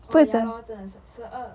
orh ya lor 真的是十二